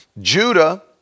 Judah